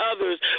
others